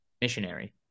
Missionary